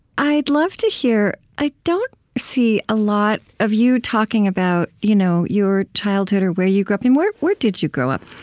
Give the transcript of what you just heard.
i'd love to hear i don't see a lot of you talking about you know your childhood or where you grew up. where where did you grow up?